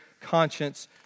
conscience